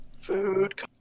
Food